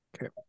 Okay